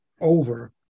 over